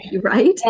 Right